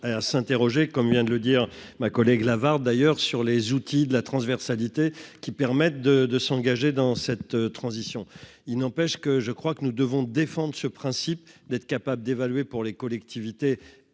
à s'interroger, comme vient de le dire, ma collègue avare d'ailleurs sur les outils de la transversalité qui permettent de de s'engager dans cette transition, il n'empêche que je crois que nous devons défendre ce principe d'être capable d'évaluer pour les collectivités